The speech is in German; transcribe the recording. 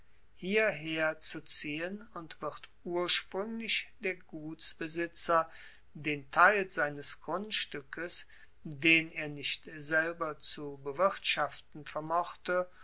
hierher zu ziehen und wird urspruenglich der gutsbesitzer den teil seines grundstueckes den er nicht selber zu bewirtschaften vermochte